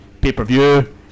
pay-per-view